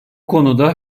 konuda